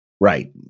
right